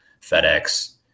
FedEx